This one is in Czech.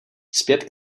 zpět